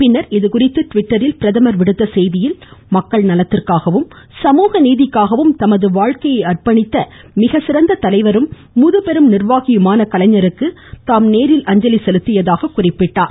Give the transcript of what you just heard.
பின்னர் இதுகுறித்து ட்விட்டரில் பிரதமர் விடுத்த செய்தியில் மக்கள் நலத்திற்காகவும் சமூக நீதிக்காகவும் தமது வாழ்வை அர்ப்பணித்த மிகச்சிறந்த தலைவரும் முதுபெரும் நிர்வாகியுமான கலைஞருக்கு தாம் நேரில் அஞ்சலி செலுத்தியதாக குறிப்பிட்டார்